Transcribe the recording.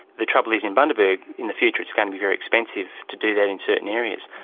the trouble is in bundaberg in the future it's going to be very expensive to do that in certain areas.